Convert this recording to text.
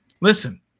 listen